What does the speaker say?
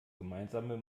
gemeinsame